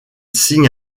signe